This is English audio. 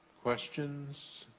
questions?